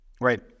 Right